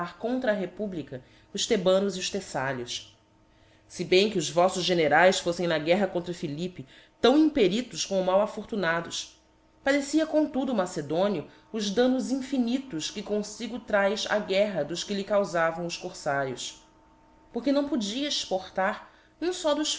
con a republica os thebanos e os theífalios se bem que s voífos generaes foliem na guerra contra philippe tão i eritos quão mal afortunados padecia comtudo o maonio os damnos infinitos que comfigo traz a guerra dos que lhe caufavam os corfarios porque não podia iortar um fó dos